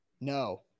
no